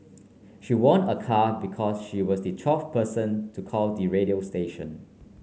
she won a car because she was the twelve person to call the radio station